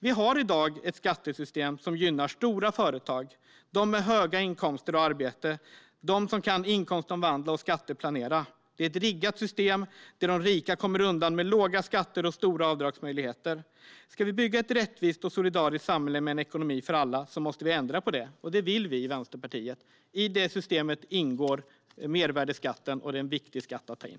Vi har i dag ett skattesystem som gynnar stora företag, dem med höga inkomster och arbete och dem som kan inkomstomvandla och skatteplanera. Det är ett riggat system där de rika kommer undan med låga skatter och stora avdragsmöjligheter. Ska vi bygga ett rättvist och solidariskt samhälle med en ekonomi för alla måste vi ändra på det. Det vill vi i Vänsterpartiet. I det systemet ingår mervärdesskatten, och det är en viktig skatt att dra in.